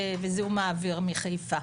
בזיהום האוויר מחיפה.